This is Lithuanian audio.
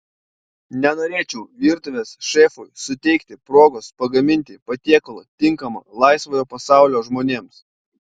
nenorėčiau virtuvės šefui suteikti progos pagaminti patiekalą tinkamą laisvojo pasaulio žmonėms